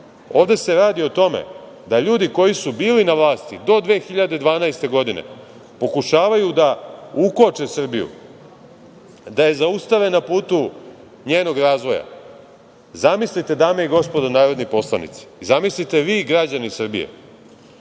se radi o tome da ljudi koji su bili na vlasti do 2012. godine pokušavaju da ukoče Srbiju, da je zaustave na putu njenog razvoja. Zamislite, dame i gospodo narodni poslanici, zamislite vi, građani Srbije,